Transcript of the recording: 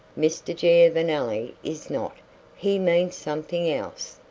mr. giovanelli is not he means something else.